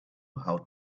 how